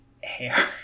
hair